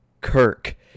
Kirk